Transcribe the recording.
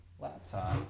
laptop